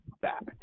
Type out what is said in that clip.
back